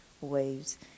waves